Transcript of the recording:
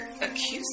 accused